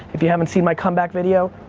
if you haven't seen my comeback video,